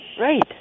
Right